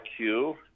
IQ